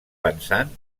pensant